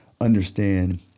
understand